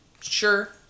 Sure